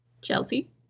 Chelsea